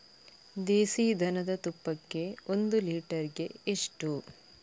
ದೇಸಿ ದನದ ತುಪ್ಪಕ್ಕೆ ಒಂದು ಲೀಟರ್ಗೆ ಎಷ್ಟು?